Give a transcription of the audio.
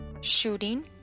shooting